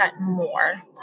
more